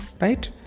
Right